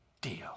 deal